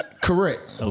Correct